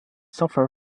suffer